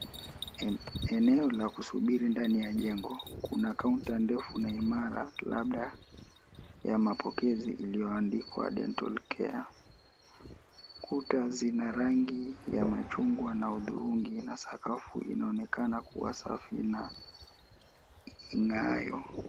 Eneo la kusubiri ndani ya jengo. Kuna kaunta ndefu na imara labda ya mapokezi iliyoandikwa dental care . Kuta zina rangi ya machungwa na udhurungi, na sakafu inaonekana kuwa safi na ing'aayo.